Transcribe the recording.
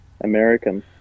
American